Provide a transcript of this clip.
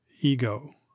Ego